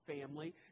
family